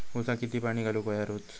ऊसाक किती पाणी घालूक व्हया रोज?